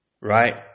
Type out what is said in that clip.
right